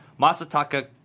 Masataka